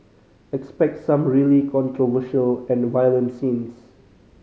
expect some really controversial and violent scenes